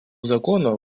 закона